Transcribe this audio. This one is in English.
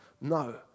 No